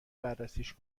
بررسیش